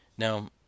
Now